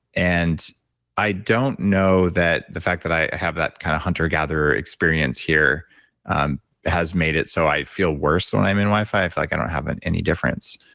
and i don't know that the fact that i have that kind of hunter gatherer experience here has made it so i feel worse when i'm in wi-fi. i feel like i don't have any difference,